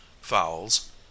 fowls